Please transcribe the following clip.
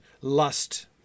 lust